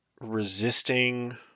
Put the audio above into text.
resisting